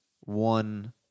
one